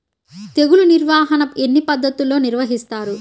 తెగులు నిర్వాహణ ఎన్ని పద్ధతుల్లో నిర్వహిస్తారు?